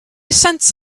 cents